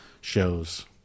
shows